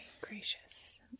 gracious